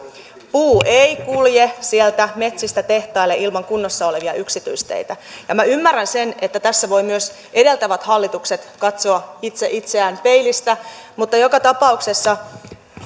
puu ei kulje sieltä metsistä tehtaille ilman kunnossa olevia yksityisteitä minä ymmärrän sen että tässä voivat myös edeltävät hallitukset katsoa itse itseään peilistä mutta joka tapauksessa